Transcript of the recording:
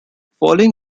following